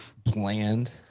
Bland